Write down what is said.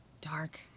Dark